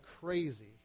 crazy